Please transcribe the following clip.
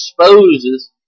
exposes